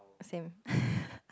same